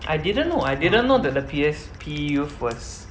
I didn't know I didn't know that the P_S_P youth was